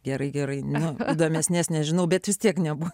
gerai gerai nu tada mes nes nežinau bet vis tiek nebuvo